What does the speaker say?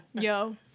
yo